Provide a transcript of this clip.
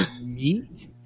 meat